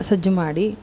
ಸಜ್ಜು ಮಾಡಿ